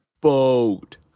boat